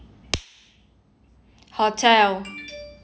hotel